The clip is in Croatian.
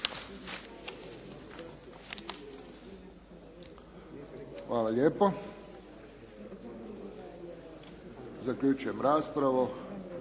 Hvala lijepo. Zaključujem raspravu.